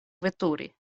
veturi